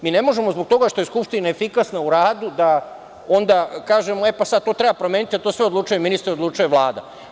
Mi ne možemo zbog toga što je Skupština efikasna u radu da onda kažemo – e, pa sad to treba promeniti, a o tome svemu odlučuje ministar, odlučuje Vlada.